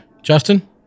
Justin